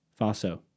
Faso